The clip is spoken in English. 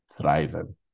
thriving